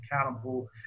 accountable